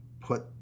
put